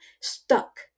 stuck